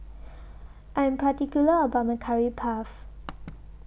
I Am particular about My Curry Puff